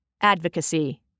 Advocacy